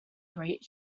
great